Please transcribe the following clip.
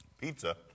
Pizza